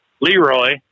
Leroy